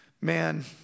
Man